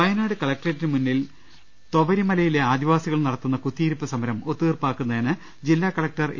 വയനാട് കലക്ട്രേറ്റിന് മുൻപിൽ തൊവരിമലയിലെ ആദിവാസികൾ നടത്തുന്ന് കുത്തിയിരിപ്പ് സമരം ഒത്തുതീർപ്പാക്കുന്നതിന് ജില്ലാകളക്ടർ എ